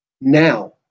now